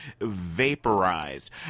vaporized